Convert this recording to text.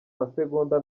masegonda